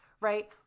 right